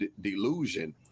delusion